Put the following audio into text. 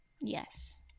Yes